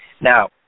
Now